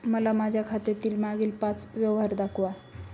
मला माझ्या खात्यातील मागील पांच व्यवहार दाखवा